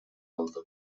алды